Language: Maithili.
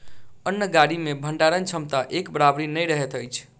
अन्न गाड़ी मे भंडारण क्षमता एक बराबरि नै रहैत अछि